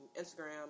Instagram